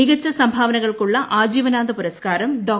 മികച്ച സംഭാവകൾക്കുള്ള ആജീവനാന്ത പുരസ്കാരം ഡോ